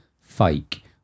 fake